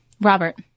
Robert